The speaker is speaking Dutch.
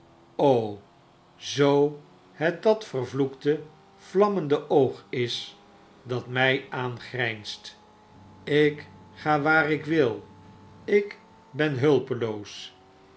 zoo het dat vervloekte vlammende oog is dat my aangrynst ik ga waar ik wil ik ben hulpeloos